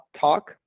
Talk